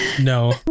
No